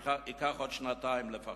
זה ייקח עוד שנתיים לפחות.